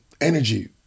energy